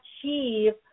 achieve